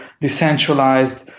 decentralized